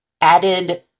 added